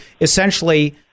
essentially